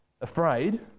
afraid